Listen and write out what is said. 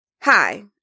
Hi